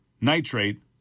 nitrate